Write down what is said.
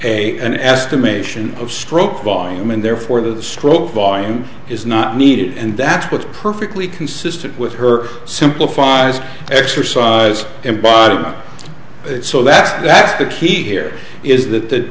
a an estimation of stroke volume and therefore the stroke volume is not needed and that's what's perfectly consistent with her simplifies exercise and body so that's that's the key here is that